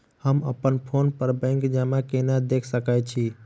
हम अप्पन फोन पर बैंक जमा केना देख सकै छी?